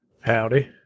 Howdy